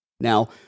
Now